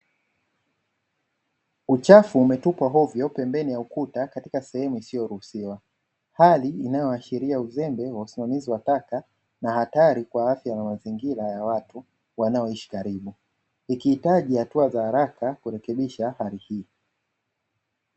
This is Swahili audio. Uchafu umetupwa ovyo pembeni ya ukuta katika sehemu isiyoruhusiwa hali inayoashiria uzembe wa usimamizi wa taka na hatari kwa afya na mazingira ya watu wanaoishi karibu, ikihitaji hatua za haraka kurekebisha hali hii.